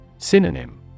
Synonym